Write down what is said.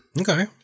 Okay